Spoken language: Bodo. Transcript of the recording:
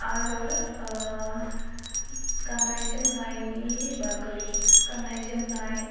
आरो गाननाय जोमनायनि बागै गाननाय जोमनाय